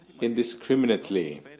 indiscriminately